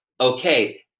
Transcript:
okay